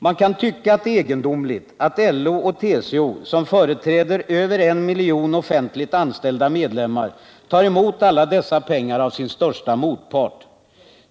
Man kan tycka att det är egendomligt att LO och TCO - som företräder över en miljon offentligt anställda medlemmar — tar emot alla dessa pengar av sin största motpart.